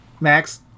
Max